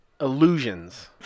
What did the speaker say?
Illusions